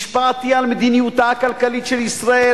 השפעתי על מדיניותה הכלכלית של ישראל.